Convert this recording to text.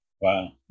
Wow